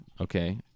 okay